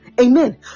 Amen